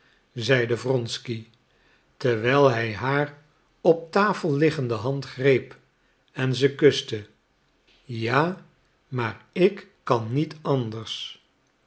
zeide wronsky terwijl hij haar op tafel liggende hand greep en ze kuste ja maar ik kan niet anders